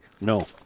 no